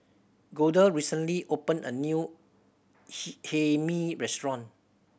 Golda recently opened a new Hae Mee restaurant